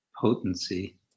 potency